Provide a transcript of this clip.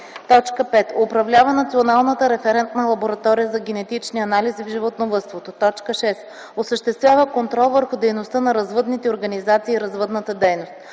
5. управлява Националната референтна лаборатория за генетични анализи в животновъдството; 6. осъществява контрол върху дейността на развъдните организации и развъдната дейност;